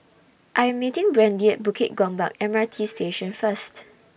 I Am meeting Brandy At Bukit Gombak M R T Station First